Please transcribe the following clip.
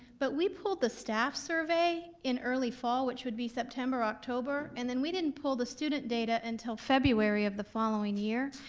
but we pulled the staff's survey in early fall, which would be september or october, and then we didn't pull the student data until february of the following year,